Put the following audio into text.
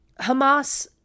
Hamas